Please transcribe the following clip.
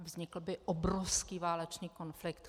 Vznikl by obrovský válečný konflikt.